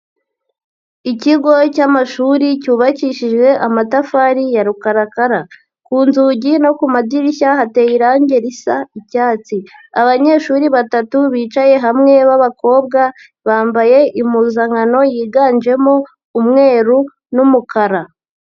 Ikigo cymashuri cyubakishijwe amatafari ya rukarakara, ku nzugi no ku madirishya hateye irangi risa icyatsi. Abanyeshuri batatu bicaye hamwe b'abakobwa bambaye impuzankano yiganjemo umweru n'umukara.